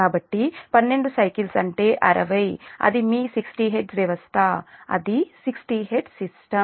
కాబట్టి 12 సైకిల్స్ అంటే 60 అది మీ 60hz వ్యవస్థ అది 60hz సిస్టమ్